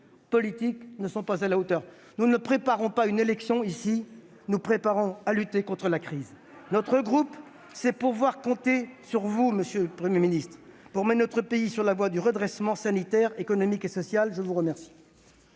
politique, ne sont pas à la hauteur. Nous préparons non pas une élection, mais la lutte contre la crise ! Notre groupe sait pouvoir compter sur vous, monsieur le Premier ministre, pour mener notre pays sur la voie du redressement sanitaire, économique et social. La parole